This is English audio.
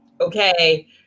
Okay